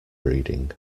reading